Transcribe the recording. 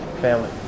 Family